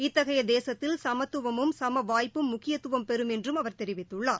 இத்தகைய தேசத்தில் சமத்துவமும் சம வாய்ப்பும் முக்கியத்துவம் பெறும் என்றும் அவர் தெரிவித்துள்ளார்